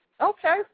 Okay